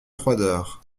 froideur